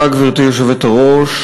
גברתי היושבת-ראש,